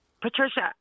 Patricia